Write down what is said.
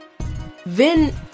Vin